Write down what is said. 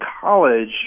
college